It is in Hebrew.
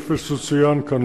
כפי שצוין כאן,